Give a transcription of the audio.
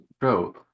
bro